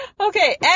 Okay